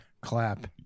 Clap